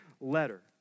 letter